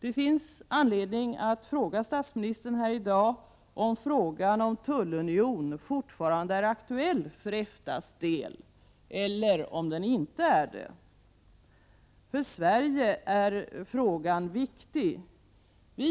Det finns anledning att fråga statsministern här i dag om frågan om tullunion fortfarande är aktuell för EFTA:s del, eller om den inte är det. För Sverige är det en viktig fråga.